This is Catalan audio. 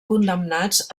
condemnats